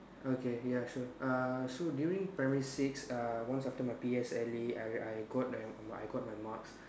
okay ya sure uh so during primary six uh once after my P_S_L_E I I got the I got my marks